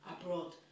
abroad